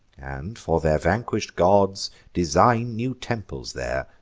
and for their vanquish'd gods design new temples there.